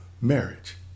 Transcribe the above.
marriage